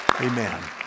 amen